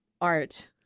art